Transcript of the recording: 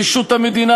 רישות המדינה